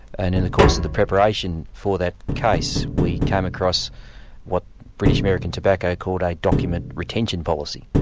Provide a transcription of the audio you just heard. and in the course of the preparation for that case, we came across what british american tobacco called a document retention policy,